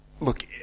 look